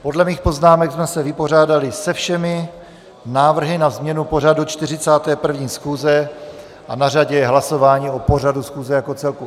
Podle mých poznámek jsme se vypořádali se všemi návrhy na změnu pořadu 41. schůze a na řadě je hlasování o pořadu schůze jako celku.